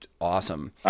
awesome